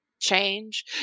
Change